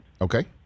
Okay